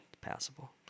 Passable